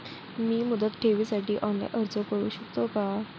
मी मुदत ठेवीसाठी ऑनलाइन अर्ज करू शकतो का?